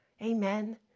amen